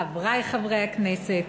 חברי חברי הכנסת,